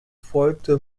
folgte